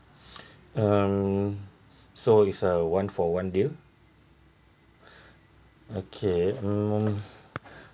um so it's a one for one deal okay mm